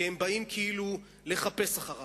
כי הם באים לחפש אחריו.